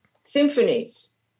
symphonies